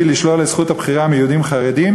לשלול את זכות הבחירה מיהודים חרדים